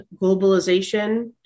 globalization